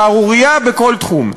שערורייה בכל תחום.